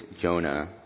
Jonah